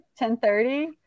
10.30